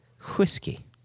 whiskey